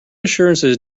assurances